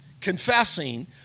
confessing